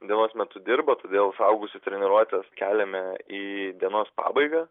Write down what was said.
dienos metu dirba todėl suaugusių treniruotes keliame į dienos pabaigą